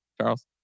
Charles